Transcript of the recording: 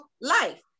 life